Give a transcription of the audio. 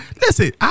Listen